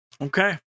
Okay